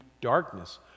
darkness